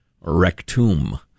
rectum